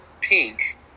pink